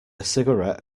cigarette